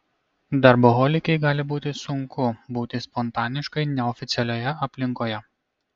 darboholikei gali būti sunku būti spontaniškai neoficialioje aplinkoje